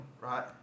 right